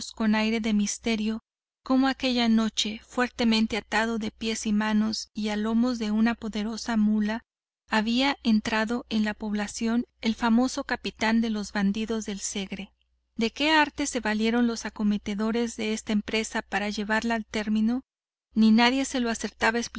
con aire de misterio cómo aquella noche fuertemente atado de pies y manos y a los lomos de una poderosa mula había entrado en la población el famoso capitán de los bandidos del segre de que artes se valieron los acometedores de esta empresa para llevarla a término ni nadie se lo acertaba